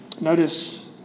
Notice